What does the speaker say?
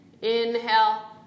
Inhale